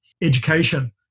Education